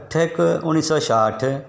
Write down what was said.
अठ हिकु उणिवीह सौ छाहठि